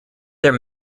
their